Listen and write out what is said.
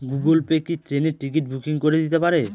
Google Pay কি ট্রেনের ticket booking করে দিতে পারে?